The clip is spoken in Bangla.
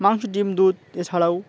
মাংস ডিম দুধ এছাড়াও